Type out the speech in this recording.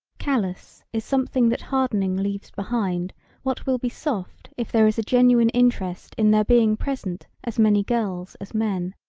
callous is something that hardening leaves behind what will be soft if there is a genuine interest in there being present as many girls as men.